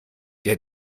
der